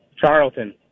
Charlton